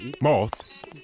Moth